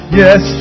yes